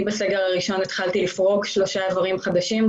אני בסגר הראשון פרקתי שלושה איברים חדשים,